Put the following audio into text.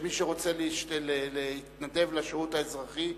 שמי שרוצה להתנדב לשירות האזרחי,